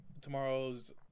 Tomorrow's